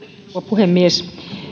puhemies